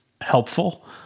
helpful